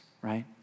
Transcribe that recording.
right